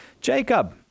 Jacob